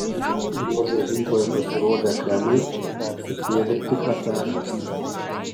grožio rinkoje pasirodę kremai sukėlė tikrą perversmą